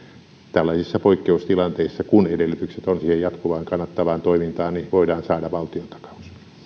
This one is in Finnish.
tällaisissa poikkeustilanteissa kun on edellytykset siihen jatkuvaan kannattavaan toimintaan voidaan saada valtiontakaus